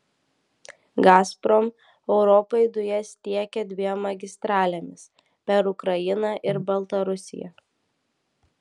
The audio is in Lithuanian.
gazprom europai dujas tiekia dviem magistralėmis per ukrainą ir baltarusiją